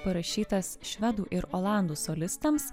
parašytas švedų ir olandų solistams